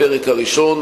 הפרק הראשון,